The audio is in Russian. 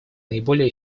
наиболее